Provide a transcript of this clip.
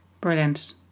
Brilliant